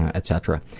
ah etc.